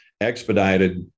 expedited